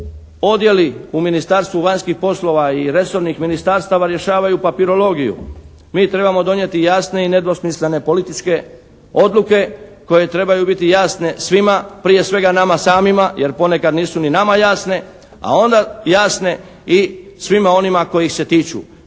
odjeli u Ministarstvu vanjskih poslova i resornih ministarstava rješavaju papirologiju. Mi trebamo donijeti jasne i nedvosmislene političke odluke koje trebaju biti jasne svima, prije svega nama samima jer ponekad nisu ni nama jasne, a onda jasne i svima onima kojih se tiču.